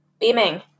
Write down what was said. beaming